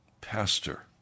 pastor